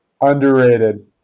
Underrated